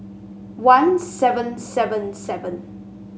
one seven seven seven